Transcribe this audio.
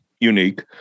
Unique